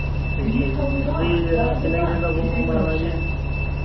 ਠੀਕ ਹੈ ਜੀ ਤੁਸੀਂ ਕਿੰਨੇ ਕੁ ਦਿਨ ਦਾ ਪ੍ਰੋਗਰਾਮ ਬਣਾਉਣਾ ਜੀ